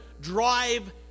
drive